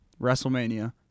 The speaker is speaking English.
WrestleMania